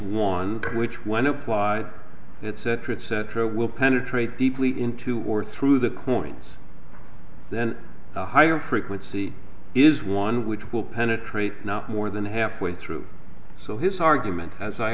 one which when applied that separate set or will penetrate deeply into or through the coins then the higher frequency is one which will penetrate not more than half way through so his argument as i